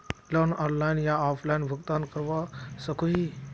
Loan online या offline भुगतान करवा सकोहो ही?